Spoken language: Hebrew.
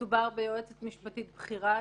מדובר ביועצת משפטית בכירה,